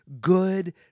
good